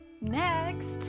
next